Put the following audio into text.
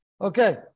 Okay